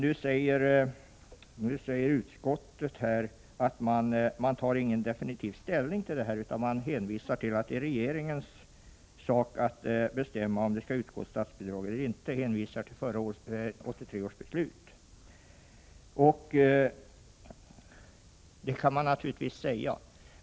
Utskottet tar inte definitivt ställning till detta utan hänvisar till att det är regeringens sak att bestämma om statsbidrag skall utgå eller inte. Man hänvisar till 1983 års beslut. Så kan man naturligtvis göra.